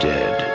Dead